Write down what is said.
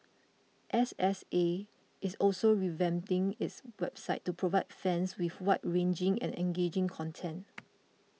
S S A is also revamping its website to provide fans with wide ranging and engaging content